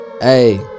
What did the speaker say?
Hey